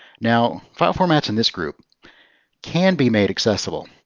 now, file formats in this group can be made accessible.